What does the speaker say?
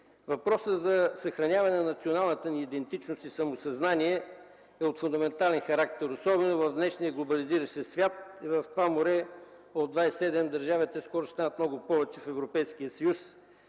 въпросът за съхраняване на националната ни идентичност и самосъзнание, е от фундаментален характер, особено в днешния глобализиращ се свят, в това море от 27 държави, а те много скоро ще станат повече в Европейския съюз.